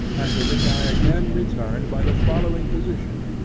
and to which i again return by the following position,